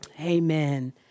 Amen